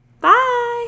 bye